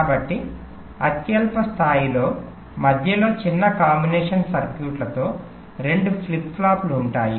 కాబట్టి అత్యల్ప స్థాయిలో మధ్యలో చిన్న కాంబినేషన్ సర్క్యూట్తో రెండు ఫ్లిప్ ఫ్లాప్లు ఉంటాయి